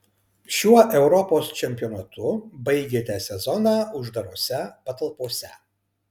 šiuo europos čempionatu baigėte sezoną uždarose patalpose